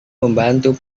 membantu